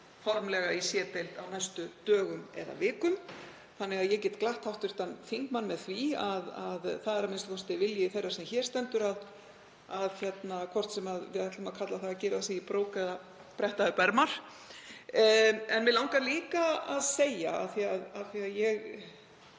formlega í C-deild á næstu dögum eða vikum. Þannig að ég get glatt hv. þingmann með því að það er a.m.k. vilji þeirrar sem hér stendur hvort sem við ætlum að kalla það að gyrða sig í brók eða bretta upp ermar. En mig langar líka að segja af því að